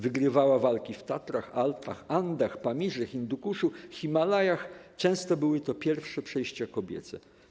Wygrywała walki w Tatrach, Alpach, Andach, Pamirze, Hindukuszu, Himalajach, często były to pierwsze przejścia kobiece.